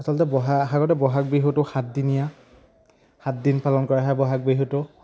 আচলতে বহাগ আগতে বহাগ বিহুটো সাতদিনীয়া সাতদিন পালন কৰা হয় বহাগ বিহুটো